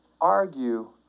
argue